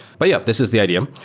but yeah, this is the idea,